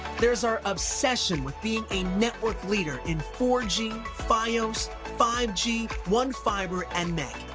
there's our obsession with being a network leader in four g, fios, five g, one fiber and mec.